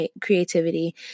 creativity